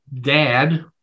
dad